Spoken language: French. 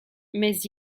mais